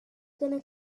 gonna